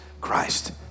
Christ